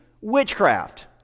witchcraft